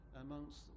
amongst